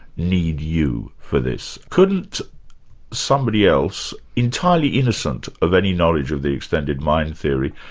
need you for this? couldn't somebody else, entirely innocent of any knowledge of the extended mind theory,